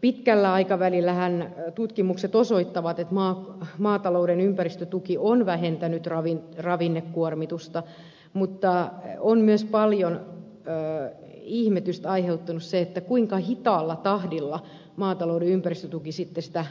pitkällä aikavälillähän tutkimukset osoittavat että maatalouden ympäristötuki on vähentänyt ravinnekuormitusta mutta on myös paljon ihmetystä aiheuttanut se kuinka hitaalla tahdilla maatalouden ympäristötuki sitten sitä